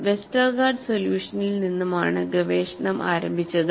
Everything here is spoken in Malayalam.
വെസ്റ്റർഗാർഡ് സൊല്യൂഷനിൽ നിന്നും ആണ് ഗവേഷണം ആരംഭിച്ചത്